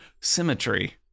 symmetry